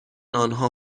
آنها